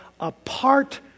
apart